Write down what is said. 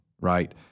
right